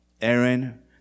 Aaron